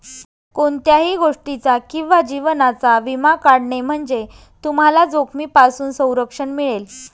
कोणत्याही गोष्टीचा किंवा जीवनाचा विमा काढणे म्हणजे तुम्हाला जोखमीपासून संरक्षण मिळेल